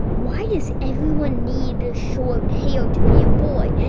why does everyone need ah short hair to be a boy? yeah